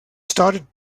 started